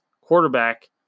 quarterback